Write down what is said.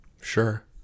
Sure